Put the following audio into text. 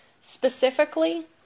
Specifically